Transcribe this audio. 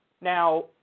Now